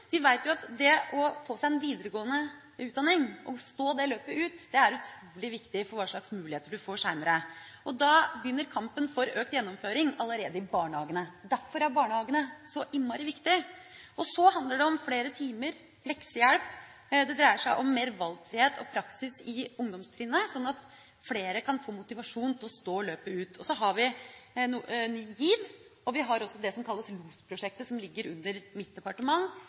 Vi vet at det å få seg videregående utdanning, og stå det løpet ut, er utrolig viktig for hva slags muligheter du får seinere. Da begynner kampen for økt gjennomføring allerede i barnehagene. Derfor er barnehagene så innmari viktig. Så handler det om flere timer, leksehjelp, det dreier seg om mer valgfrihet og praksis i ungdomstrinnet, sånn at flere kan få motivasjon til å stå løpet ut. Så har vi Ny GIV, og vi har også det som kalles LUS-prosjektet, som ligger under mitt departement.